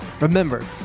Remember